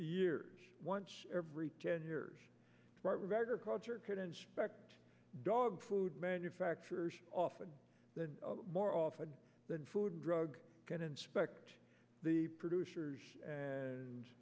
years once every ten years or culture could inspect dog food manufacturers often more often than food drug can inspect the producers and